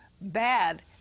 bad